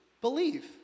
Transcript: believe